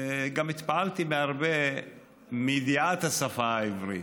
גם התפעלתי מהרבה מידיעת השפה העברית.